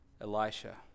Elisha